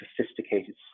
sophisticated